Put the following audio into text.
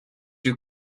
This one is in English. you